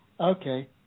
Okay